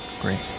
Great